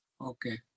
Okay